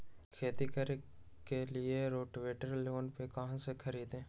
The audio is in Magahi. खेती करने के लिए रोटावेटर लोन पर कहाँ से खरीदे?